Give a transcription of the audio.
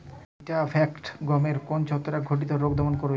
Vitavax গমের কোন ছত্রাক ঘটিত রোগ দমন করে?